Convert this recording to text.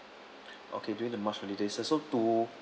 okay during the march holiday sir to